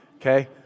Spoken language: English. okay